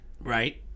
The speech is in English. right